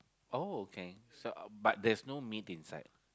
oh okay so but there's no meat inside